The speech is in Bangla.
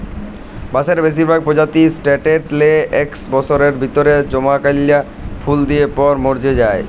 বাঁসের বেসিরভাগ পজাতিয়েই সাট্যের লে একস বসরের ভিতরে জমকাল্যা ফুল দিয়ার পর মর্যে যায়